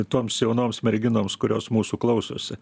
toms jaunoms merginoms kurios mūsų klausosi